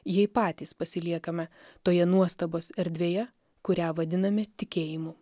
jei patys pasiliekame toje nuostabos erdvėje kurią vadiname tikėjimu